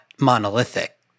monolithic